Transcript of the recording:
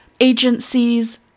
agencies